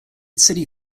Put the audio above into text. city